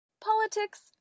Politics